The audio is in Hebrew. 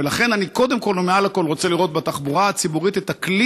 אני קודם כול ומעל לכול רוצה לראות בתחבורה הציבורית את הכלי